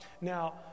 Now